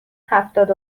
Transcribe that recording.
هفتاد